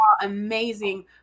amazing